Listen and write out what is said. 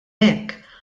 hekk